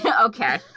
Okay